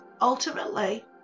ultimately